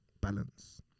Balance